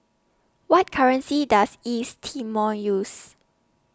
What currency Does East Timor use